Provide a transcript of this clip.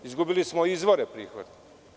Izgubili smo izvore prihoda.